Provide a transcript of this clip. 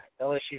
LSU